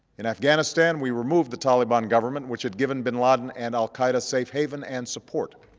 in afghanistan, we removed the taliban government, which had given bin laden and al qaeda safe haven and support.